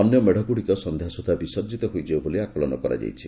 ଅନ୍ୟ ମେତ୍ ଗୁଡ଼ିକ ସନ୍ଧ୍ୟା ସୁଦ୍ଧା ବିସର୍କିତ ହୋଇଯିବ ବୋଲି ଆକଳନ କରାଯାଇଛି